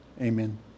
amen